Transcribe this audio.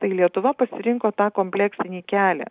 tai lietuva pasirinko tą kompleksinį kelią